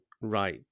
right